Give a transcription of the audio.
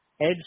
Edge